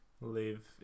live